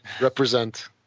Represent